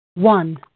One